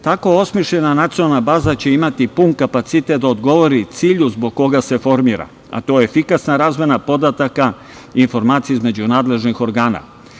Tako osmišljena nacionalna baza će imati pun kapacitet da odgovori cilju zbog koga se formira, a to je efikasna razmena podataka i informacija između nadležnih organa.